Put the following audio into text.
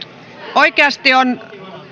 oikeasti on